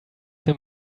him